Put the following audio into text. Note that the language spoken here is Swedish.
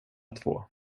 två